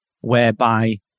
whereby